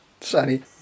sorry